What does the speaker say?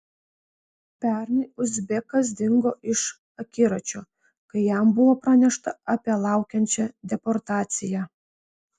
pernai uzbekas dingo iš akiračio kai jam buvo pranešta apie laukiančią deportaciją